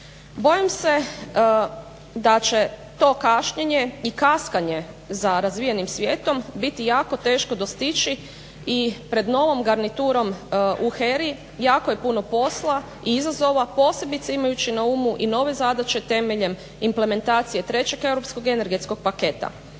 Bojim se da će to kašnjenje i kaskanje za razvijenim svijetom biti jako teško dostići i pred novom garniturom u HERA-i. Jako je puno posla i izazova, posebice imajući na umu i nove zadaće temeljem implementacije trećeg europskog